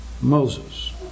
Moses